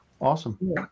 Awesome